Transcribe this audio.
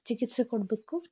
ಚಿಕಿತ್ಸೆ ಕೊಡಬೇಕು